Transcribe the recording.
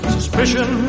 Suspicion